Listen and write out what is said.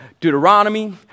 Deuteronomy